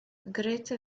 grete